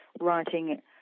writing